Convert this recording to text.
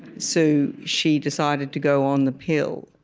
so she decided to go on the pill,